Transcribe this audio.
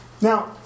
Now